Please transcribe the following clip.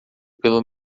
pelo